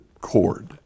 cord